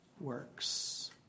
works